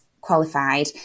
qualified